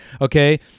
okay